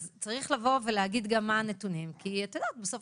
אז צריך להגיד גם מה נתונים, כי בסוף